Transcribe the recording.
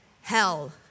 hell